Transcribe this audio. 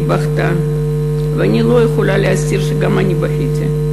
היא בכתה, ואני לא יכולה להסתיר שגם אני בכיתי.